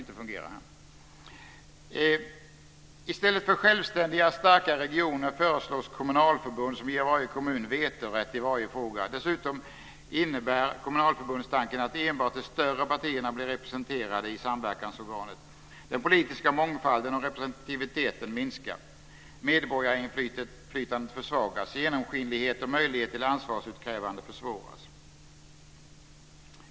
I stället för självständiga, starka regioner föreslås kommunalförbund där varje kommun ges vetorätt i varje fråga. Dessutom innebär kommunalförbundstanken att enbart de större partierna blir representerade i samverkansorganet. Den politiska mångfalden och representativiteten minskar. Medborgarinflytandet försvagas. Genomskinlighet och möjlighet till ansvarsutkrävande försvåras.